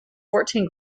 fourteen